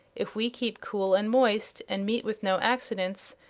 if we keep cool and moist, and meet with no accidents,